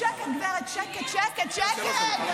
שקט, גברת, שקט, שקט, שקט.